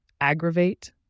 aggravate